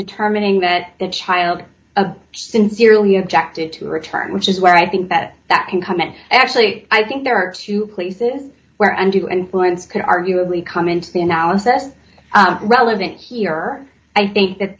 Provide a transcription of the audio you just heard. determining that the child of sincerely objected to return which is where i think that that can come in actually i think there are two places where andrew and florence could arguably come into the analysis relevant here i think that